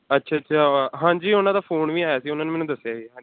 ਅੱਛਾ ਅੱਛਾ ਵਾ ਹਾਂਜੀ ਉਹਨਾਂ ਦਾ ਫੋਨ ਵੀ ਆਇਆ ਸੀ ਉਹਨਾਂ ਨੇ ਮੈਨੂੰ ਦੱਸਿਆ ਸੀ ਹਾਂਜੀ